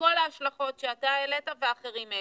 כל ההשלכות שאתה העלית ואחרים העלו,